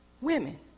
Women